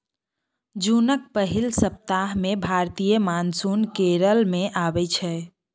जुनक पहिल सप्ताह मे भारतीय मानसून केरल मे अबै छै